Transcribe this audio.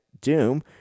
Doom